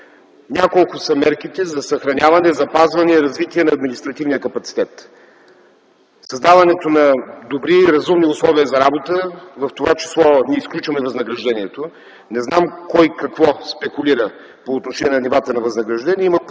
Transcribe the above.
Няколко са мерките за съхраняване, запазване и развитие на административния капацитет. Създаването на добри, разумни условия за работа, в това число не изключвам и възнаграждението - не знам кой с какво спекулира по отношение нивата на възнаграждение.